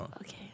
Okay